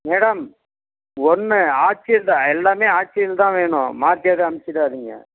madam ஒன்று ஆச்சி இந்த எல்லாமே ஆச்சியில் தான் வேணும் மாற்றி ஏதாது அனுச்சிடாதீங்க